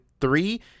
three